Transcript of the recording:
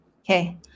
Okay